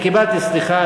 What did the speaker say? סליחה,